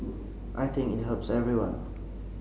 I think it helps everyone